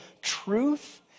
truth